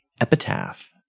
Epitaph